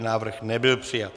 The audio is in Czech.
Návrh nebyl přijat.